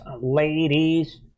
ladies